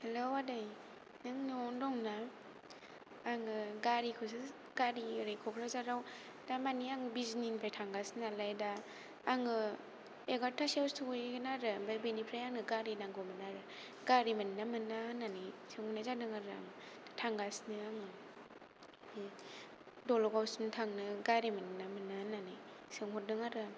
hello आदै नों न'आवनो दं ना आङो गारिखौसो गारि ओरै क'क्राझारआव दा माने आं बिजनिनिफ्राय थांगासिनो नालाय दा आङो एगार'था सेआव सहैगोन आरो ओमफ्राय बेनिफ्राय आंनो गारि नांगौमोन आरो गारि मोनोना मोना होन्नानै सोंहरनाय जादों आरो आं थांगासिनो आङो दलगाउसिम थांनो गारि मोनोना मोना होन्नानै सोंहरदों आरो आं